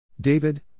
David